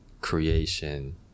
Creation